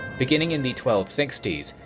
beginning in the twelve sixty s,